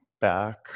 back